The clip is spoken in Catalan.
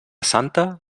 santa